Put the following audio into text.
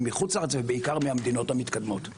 מחוץ לארץ ובעיקר מהמדינות המתקדמות.